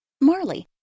Marley